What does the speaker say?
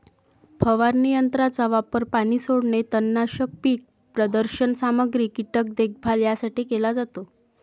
फवारणी यंत्राचा वापर पाणी सोडणे, तणनाशक, पीक प्रदर्शन सामग्री, कीटक देखभाल यासाठी केला जातो